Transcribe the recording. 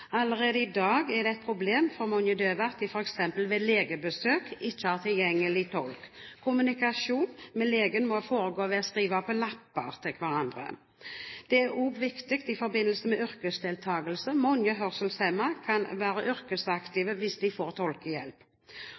Allerede i dag er det et problem for mange døve at de f.eks. ved legebesøk ikke har tilgjengelig tolk. Kommunikasjon med legen må foregå ved å skrive lapper til hverandre. Det er også viktig i forbindelse med yrkesdeltakelse – mange hørselshemmede kan være yrkesaktive hvis de får